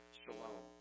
shalom